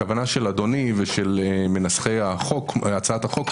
הכוונה של אדוני ושל מנסחי הצעת החוק,